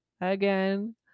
again